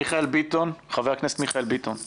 מיכאל ביטון, חבר הכנסת מיכאל ביטון.